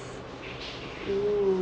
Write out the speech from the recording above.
oh